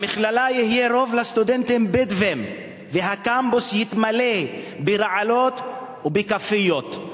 במכללה יהיה רוב לסטודנטים בדואים והקמפוס יתמלא ברעלות ובכאפיות.